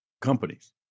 companies